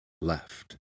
left